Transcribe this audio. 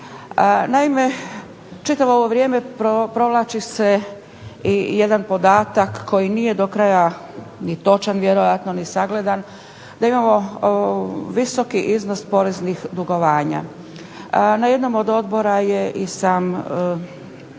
Naime, čitavo ovo vrijeme provlači se i jedan podatak koji nije do kraja ni točan vjerojatno ni sagledan, da imamo visoki iznos poreznih dugovanja. Na jednom od odbora je i sam